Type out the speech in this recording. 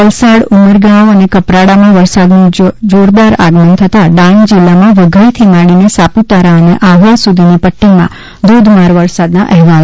વલસાડ ઉમરગાંવ અને કપરાડામાં વરસાદનું જોરદાર આગમન થતા ડાંગ જિલ્લામાં વઘઈથી માંડી સાપુતારા અને આહવા સુધીની પટ્ટીમાં ધોધમાર વરસાદના અહેવાલ છે